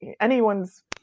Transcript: anyone's